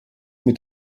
mit